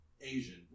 Asian